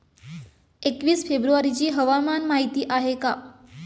एकवीस फेब्रुवारीची हवामान माहिती आहे का?